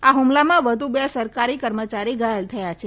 આ હુમલામાં વધુ બે સરકારી કર્મચારી ઘાયલ થયા છે